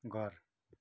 घर